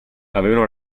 avevano